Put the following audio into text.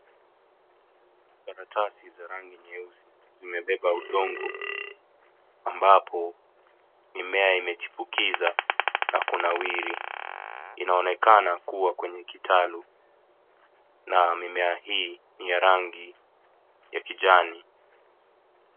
Karatasi za rangi nyeusi zimebeba udongo ambapo mimea imechipukiza na kunawiri. Inaonekana kuwa kwenye kitalu na mimea hii ni ya rangi ya kijani.